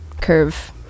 curve